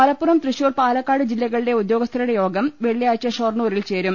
മലപ്പുറം തൃശൂർ പാലക്കാട് ജില്ലകളിലെ ഉദ്യോഗസ്ഥരുടെ യോഗം വെള്ളിയാഴ്ച ഷൊർണൂരിൽ ചേരും